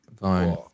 Vine